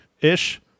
ish